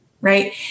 Right